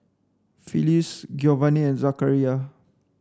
Phillis Giovani Zachariah